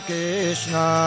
Krishna